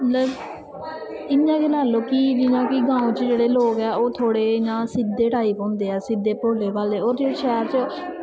इयां गै लाई लैओ कि गांव च लोग थोह्ड़े सिध्दे टाईप दे होंदे ऐं सिध्दे भोले भाले और जेह्ड़े शैह्र च